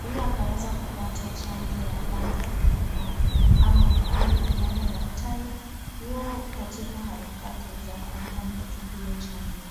ili akaweze kupata chanjo ya kwanza ama ya pili, ambamo daktari yuko katika harakati za kumpa mtoto huyo chanjo.